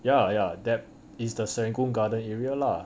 ya ya that is the serangoon garden area lah